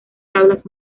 tablas